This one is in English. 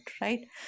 right